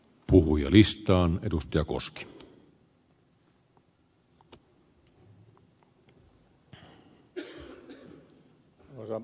arvoisa herra puhemies